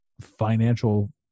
financial